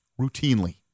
routinely